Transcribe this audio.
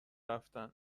رفتن